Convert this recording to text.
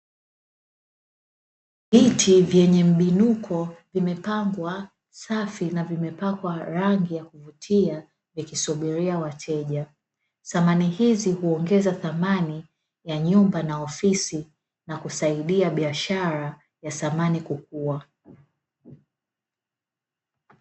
Viti vyenye mbinuko vimepakwa rangi vizuri na kubinuliwa dhamani hizi uwekwa kwenye nyumba na kusaidia kukua